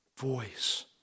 voice